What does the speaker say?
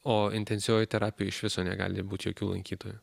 o intensyviojoj terapijoj iš viso negali būti jokių lankytojų